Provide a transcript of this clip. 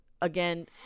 again